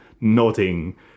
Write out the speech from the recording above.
nodding